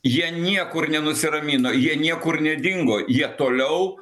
jie niekur nenusiramino jie niekur nedingo jie toliau